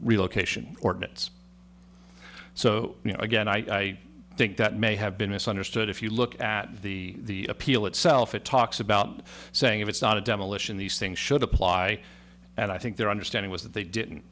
relocation ordinance so again i think that may have been misunderstood if you look at the appeal itself it talks about saying if it's not a demolition these things should apply and i think their understanding was that they didn't